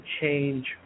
change